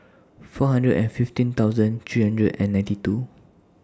four hundred and fifteen thousand three hundred and ninety two